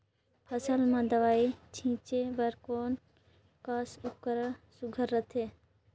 फसल म दव ई छीचे बर कोन कस उपकरण सुघ्घर रथे?